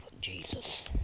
Jesus